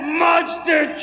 monster